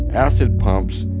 acid pumps,